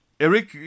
Eric